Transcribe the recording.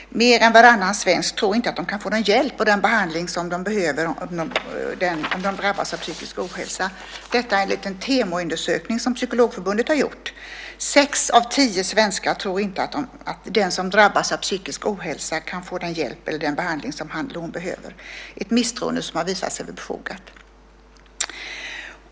Mer än varannan svensk tror inte att de kan få den hjälp och den behandling de behöver om de drabbas av psykisk ohälsa, detta enligt en Temoundersökning som Psykologförbundet har gjort: Sex av tio svenskar tror inte att den som drabbas av psykisk ohälsa kan få den hjälp eller den behandling som han eller hon behöver, ett misstroende som har visat sig befogat.